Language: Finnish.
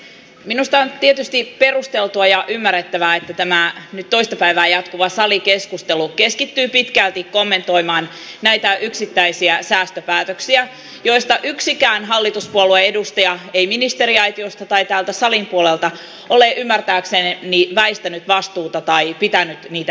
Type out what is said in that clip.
minusta on tietysti perusteltua ja ymmärrettävää että tämä nyt toista päivää jatkuva salikeskustelu keskittyy pitkälti kommentoimaan näitä yksittäisiä säästöpäätöksiä joista yksikään hallituspuolueen edustaja ei ministeriaitiosta tai täältä salin puolelta ole ymmärtääkseni väistänyt vastuuta tai pitänyt niitä mieluisina